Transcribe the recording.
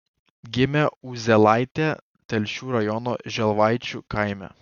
gimė uzėlaitė telšių rajono želvaičių kaime